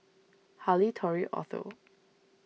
Harley Tory Otho